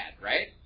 right